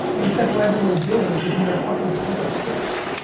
instead of what everyone's doing which is in your fucking clique of six.